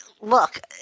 look